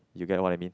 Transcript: you get what I mean